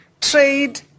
trade